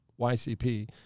YCP